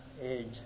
age